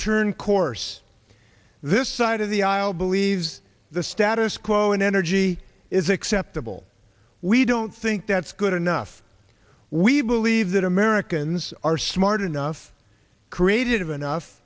turn course this side of the aisle believes the status quo in energy is acceptable we don't think that's good enough we believe that americans are smart enough creative enough